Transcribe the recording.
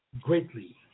greatly